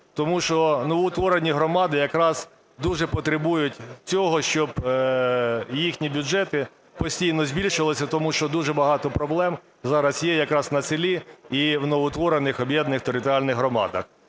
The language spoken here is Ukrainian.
тому що новоутворені громади якраз дуже потребують цього, щоб їхні бюджети постійно збільшувалися, тому що дуже багато проблем зараз є якраз на селі і в новоутворених об'єднаних територіальних громадах.